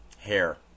Hair